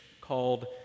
Called